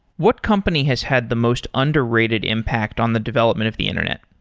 what company has had the most underrated impact on the development of the internet?